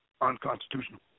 unconstitutional